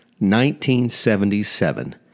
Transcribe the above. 1977